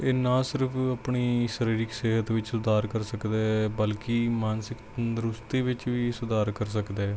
ਇਹ ਨਾ ਸਿਰਫ ਆਪਣੀ ਸਰੀਰਕ ਸਿਹਤ ਵਿੱਚ ਸੁਧਾਰ ਕਰ ਸਕਦਾ ਹੈ ਬਲਕਿ ਮਾਨਸਿਕ ਤੰਦਰੁਸਤੀ ਵਿੱਚ ਵੀ ਸੁਧਾਰ ਕਰ ਸਕਦਾ ਹੈ